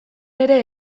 ere